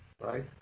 right